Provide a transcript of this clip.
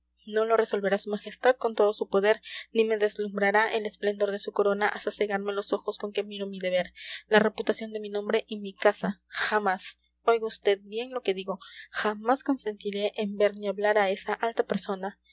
no lo resolverá su majestad con todo su poder ni me deslumbrará el esplendor de su corona hasta cegarme los ojos con que miro mi deber la reputación de mi nombre y mi casa jamás oiga vd bien lo que digo jamás consentiré en ver ni hablar a esa alta persona